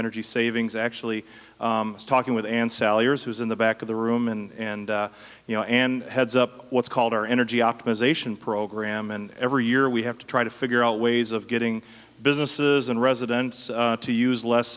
energy savings actually talking with and sellers who's in the back of the room and you know and heads up what's called our energy optimization program and every year we have to try to figure out ways of getting businesses and residents to use less